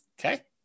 Okay